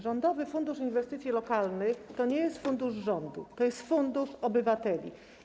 Rządowy Fundusz Inwestycji Lokalnych to nie jest fundusz rządu, to jest fundusz obywateli.